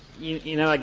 you you know, like